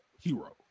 hero